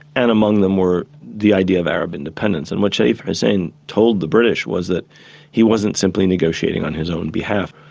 and among them were the idea of arab independence, in which sharif hussein told the british was that he wasn't simply negotiating on his own behalf,